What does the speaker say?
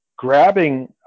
grabbing